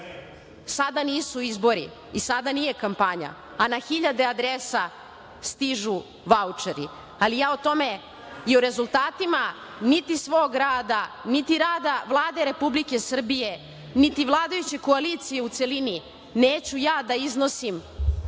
nisu izbori i sada nije kampanja, a na hiljade adresa stižu vaučeri, ali ja o tome i o rezultatima niti svog rada, niti rada Vlade Republike Srbije, niti vladajuće koalicije u celini neću ja da iznosim